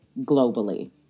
globally